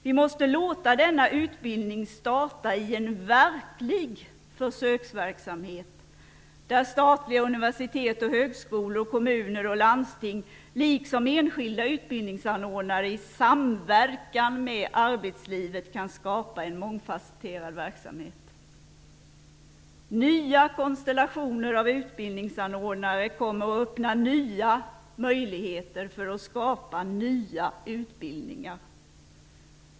Vi måste låta denna utbildning starta i en verklig försöksverksamhet, där statliga universitet och högskolor, kommuner och landsting, liksom enskilda utbildningsanordnare i samverkan med arbetslivet kan skapa en mångfasetterad verksamhet. Nya konstellationer av utbildningsanordnare kommer att öppna nya möjligheter för att skapa nya utbildningar.